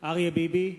אריה ביבי,